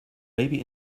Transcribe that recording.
maybe